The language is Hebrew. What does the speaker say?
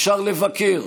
אפשר לבקר,